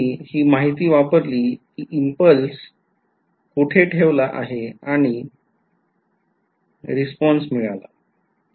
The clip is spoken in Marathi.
मी हि माहिती वापरली कि इम्पल्स कुठे ठेवला आहे आणि आणि रिस्पॉन्स मिळाला